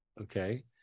Okay